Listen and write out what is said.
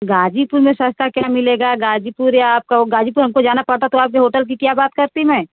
ग़ाज़ीपुर में सस्ता क्या मिलेगा ग़ाज़ीपुर या आप कहो ग़ाज़ीपुर जाना पड़ता तो आपके होटल की क्या बात करती